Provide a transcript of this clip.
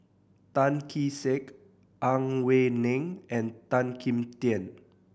Tan Kee Sek Ang Wei Neng and Tan Kim Tian